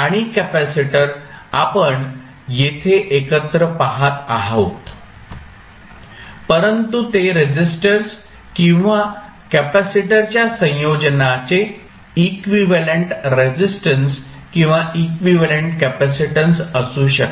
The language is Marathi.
आणि कॅपेसिटर आपण येथे एकत्र पहात आहोत परंतु ते रेसिस्टर्स किंवा कॅपेसिटरच्या संयोजनाचे इक्विव्हॅलेंट रेसिस्टन्स किंवा इक्विव्हॅलेंट कपॅसिटन्स असू शकते